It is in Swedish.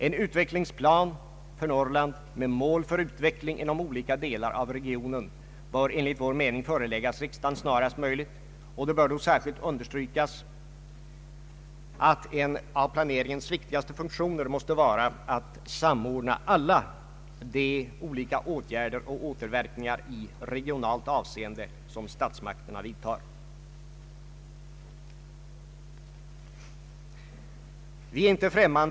En utvecklingsplan för Norrland med mål för utveckling inom olika delar av regionen bör enligt vår mening föreläggas riksdagen snarast möjligt, och det bör då särskilt understrykas att en av planeringens viktigaste funktioner måste vara att samordna alla de olika åtgärder och återverkningar i regionalt avseende som statsmakterna vidtar. Vi är inte främ Ang.